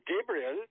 Gabriel